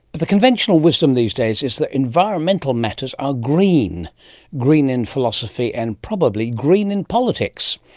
the conventional wisdom these days is that environmental matters are green green in philosophy and probably green in politics.